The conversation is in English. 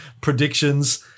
predictions